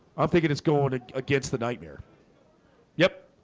i'm thinking it's going against the nightmare yep